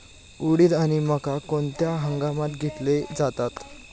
उडीद आणि मका कोणत्या हंगामात घेतले जातात?